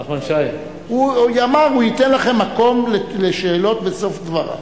הוא אמר שהוא ייתן לכם מקום לשאלות בסוף דבריו.